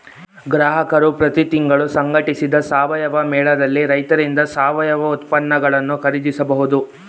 ಗ್ರಾಹಕರು ಪ್ರತಿ ತಿಂಗಳು ಸಂಘಟಿಸಿದ ಸಾವಯವ ಮೇಳದಲ್ಲಿ ರೈತರಿಂದ ಸಾವಯವ ಉತ್ಪನ್ನಗಳನ್ನು ಖರೀದಿಸಬಹುದು